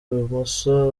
ibumoso